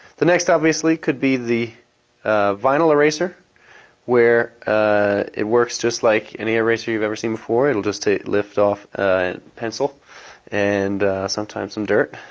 the next, obviously, could the vinyl eraser where ah it works just like any eraser you've ever seen before, it will just ah lift off pencil and sometimes some dirt.